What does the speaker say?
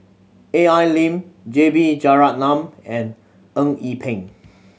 A L Lim J B Jeyaretnam and Eng Yee Peng